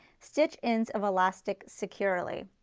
stitch ends of elastic securely.